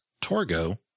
Torgo